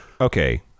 okay